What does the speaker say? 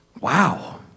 Wow